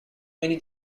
many